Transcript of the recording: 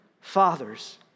Father's